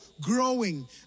growing